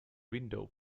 window